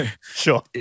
Sure